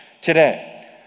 today